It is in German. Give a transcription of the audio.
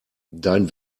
dein